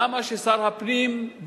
למה שר הפנים,